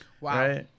Wow